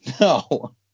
No